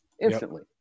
Instantly